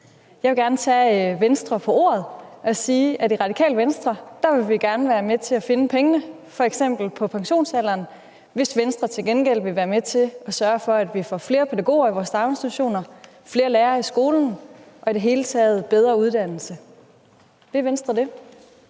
Jeg vil gerne tage Venstre på ordet og sige, at i Radikale Venstre vil vi gerne være med til at finde pengene, f.eks. på pensionsalderen, hvis Venstre til gengæld vil være med til at sørge for, at vi får flere pædagoger i vores daginstitutioner, flere lærere i skolerne og i det hele taget bedre uddannelse. Vil Venstre det?